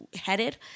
headed